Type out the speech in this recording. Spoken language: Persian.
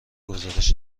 گزارش